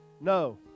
No